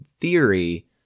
theory